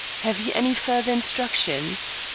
have you any further instructions?